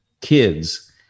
kids